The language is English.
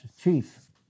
Chief